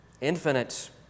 infinite